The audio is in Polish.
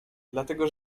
dlatego